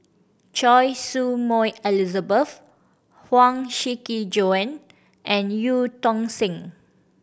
Choy Su Moi Elizabeth Huang Shiqi Joan and Eu Tong Sen